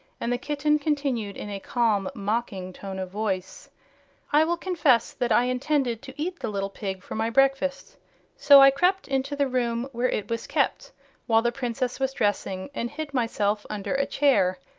and the kitten continued, in a calm, mocking tone of voice i will confess that i intended to eat the little pig for my breakfast so i crept into the room where it was kept while the princess was dressing and hid myself under a chair.